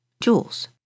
Jules